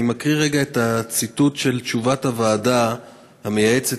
אני מקריא רגע ציטוט של תשובת הוועדה המייעצת